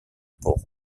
pour